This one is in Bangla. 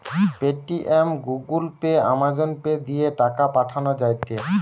Paytm, Google pay, Amazon pay দিয়ে টাকা পাঠান যায়টে